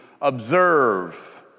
observe